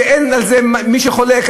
ואין על זה מי שחולק,